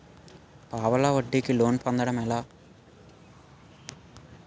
పావలా వడ్డీ కి లోన్ పొందటం ఎలా?